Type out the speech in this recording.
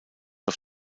auf